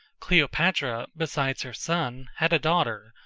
cleopatra, besides her son, had a daughter,